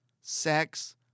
sex